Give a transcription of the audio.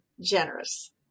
Generous